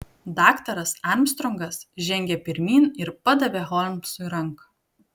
daktaras armstrongas žengė pirmyn ir padavė holmsui ranką